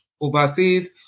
overseas